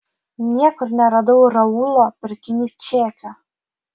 niekur neradau raulo pirkinių čekio